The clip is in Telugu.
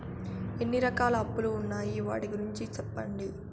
ఎన్ని రకాల అప్పులు ఉన్నాయి? వాటి గురించి సెప్పండి?